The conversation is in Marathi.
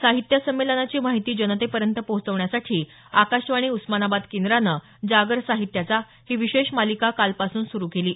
साहित्य संमेलनाची माहिती जनतेपर्यंत पोहचण्यासाठी आकाशवाणी उस्मानाबाद केंद्रानं जागर साहित्याचा ही विशेष मालिका कालपासून सुरू केली आहे